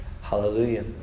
Hallelujah